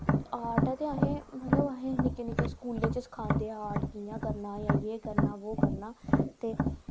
art ऐ ते असें मतलव असें निक्के निक्के स्कूलें च सखांदे आर्ट कियां करना जां जे करना बो करना